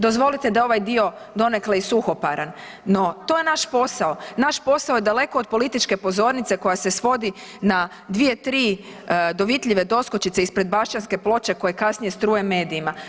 Dozvolite da ovaj dio donekle i suhoparan, no to je naš posao, naš posao je daleko od političke pozornice koja se svodi na dvije, tri dovitljive doskočice ispred Baščanske ploče koje kasnije struje medijima.